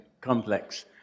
Complex